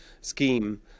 scheme